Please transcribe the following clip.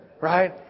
Right